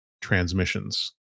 transmissions